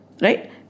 Right